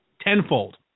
tenfold